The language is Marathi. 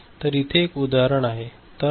तर इथे एक उदाहरण आहे